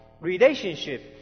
relationship